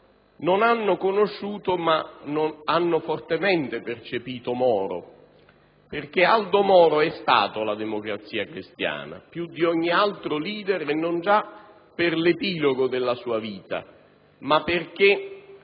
non hanno conosciuto ma hanno fortemente percepito Moro, perché Aldo Moro è stato la Democrazia cristiana più di ogni altro leader, non già per l'epilogo della sua vita ma perché